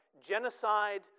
genocide